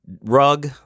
rug